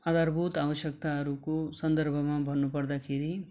आधारभूत आवश्यक्ताको सन्दर्भमा भन्नु पर्दाखेरि